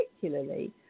particularly